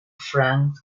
frank